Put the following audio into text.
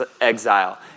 exile